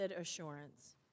Assurance